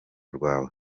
rwawe